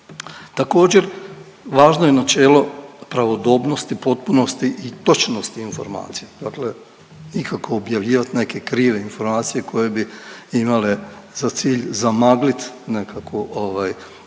Također, važno je načelo pravodobnosti, potpunosti i točnosti informacija. Dakle ikako objavljivati neke krive informacije koje bi imale za cilj zamagliti nekako,